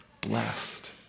blessed